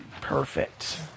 Perfect